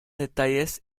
detalles